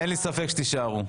אין לי ספק שתישארו.